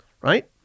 right